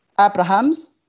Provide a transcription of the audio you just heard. Abrahams